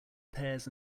pears